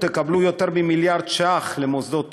תקבלו יותר מ-1 מיליארד ש"ח למוסדות תורניים,